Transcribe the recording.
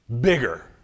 bigger